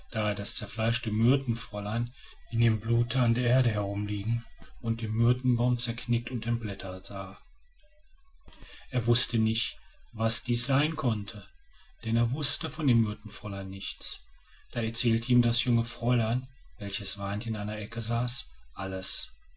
das zerfleischte myrtenfräulein in dem blute an der erde herumliegen und den myrtenbaum zerknickt und entblättert sah er wußte nicht was dies sein konnte denn er wußte von dem myrtenfräulein nichts da erzählte ihm das junge fräulein welches weinend in einer ecke saß alles